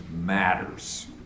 matters